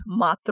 Matru